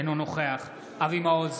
אינו נוכח אבי מעוז,